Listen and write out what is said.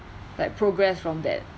like progress from that